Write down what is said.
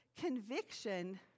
conviction